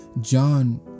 John